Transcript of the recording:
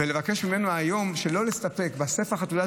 לבקש ממנו היום לא להסתפק בספח תעודת